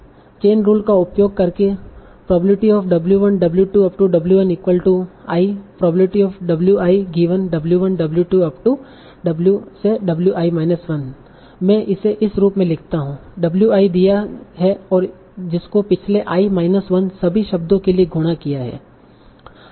chain rule का उपयोग करके मैं इसे इस रूप में लिखता हूं w i दिया है और जिसको पिछले i माइनस 1 सभी शब्दों के लिए गुणा किया है